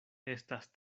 estas